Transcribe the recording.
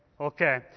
okay